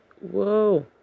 whoa